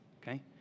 okay